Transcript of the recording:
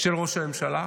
של ראש הממשלה,